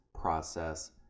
process